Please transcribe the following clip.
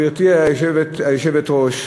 גברתי היושבת-ראש,